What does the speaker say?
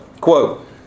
quote